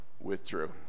withdrew